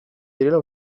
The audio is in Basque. direla